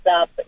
up